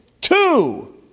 Two